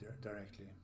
directly